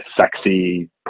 sexy